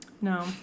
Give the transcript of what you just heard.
no